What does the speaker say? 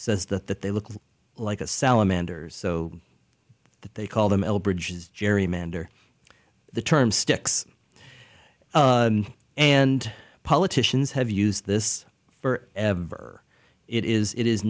that that they look like a salamander's so that they call them bridges gerrymander the term sticks and politicians have used this for ever it is it is